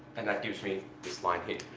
and that gives me this line here.